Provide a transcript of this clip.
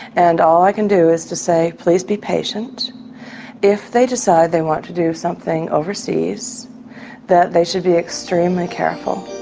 and all i can do is to say please be patient if they decide they want to do something overseas that they should be extremely careful.